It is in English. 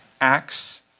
Acts